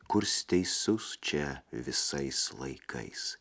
kurs teisus čia visais laikais